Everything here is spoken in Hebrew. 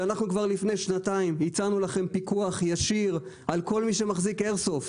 שאנחנו כבר לפני שנתיים הצענו לכם פיקוח ישיר על כל מי שמחזיק איירסופט.